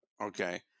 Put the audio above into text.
Okay